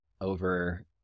over